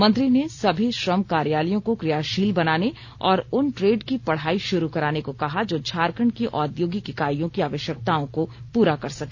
मंत्री ने सभी श्रम कार्यालयों को क्रियाशील बनाने और उन ट्रेड की पढ़ाई शुरू कराने को कहा जो झारखंड की औद्योगिक ईकाईयों की आवश्यकताओं को पूरा कर सके